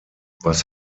was